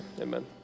amen